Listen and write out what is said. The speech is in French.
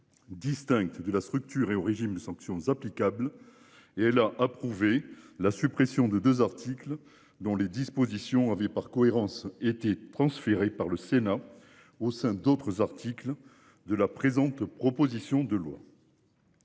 Distincte de la structure et au régime de sanctions applicables et elle a approuvé la suppression de 2 articles dont les dispositions avaient par cohérence été transférés par le Sénat au sein d'autres articles de la présente, proposition de loi.